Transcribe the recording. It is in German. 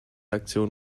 aktion